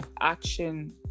action